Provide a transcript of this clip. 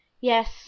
yes